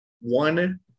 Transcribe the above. One